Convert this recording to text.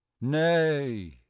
nay